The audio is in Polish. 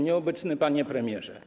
Nieobecny Panie Premierze!